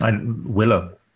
Willow